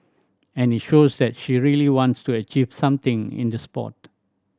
and it shows that she really wants to achieve something in the sport